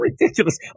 ridiculous